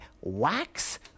Wax